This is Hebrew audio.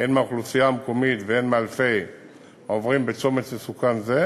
הן מהאוכלוסייה המקומית והן מאלפי העוברים בצומת מסוכן זה,